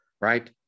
Right